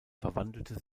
verwandelte